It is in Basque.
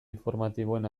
informatiboen